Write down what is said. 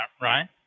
right